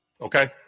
Okay